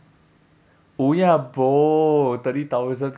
wu ya bo thirty thousand